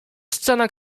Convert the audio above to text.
scena